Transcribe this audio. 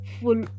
full